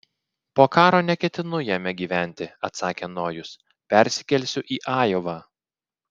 po karo neketinu jame gyventi atsakė nojus persikelsiu į ajovą